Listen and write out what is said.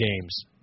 games